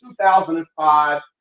2005